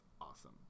awesome